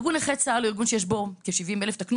ארגון נכי צה"ל הוא ארגון שיש בו כ-70,000 חברים תקנו